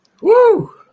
Woo